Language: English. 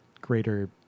greater